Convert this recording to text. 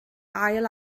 ail